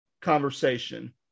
conversation